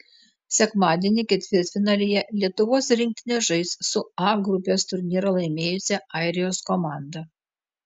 sekmadienį ketvirtfinalyje lietuvos rinktinė žais su a grupės turnyrą laimėjusia airijos komanda